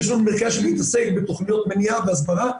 יש לנו מרכז שמתעסק בתכניות מניעה והסברה,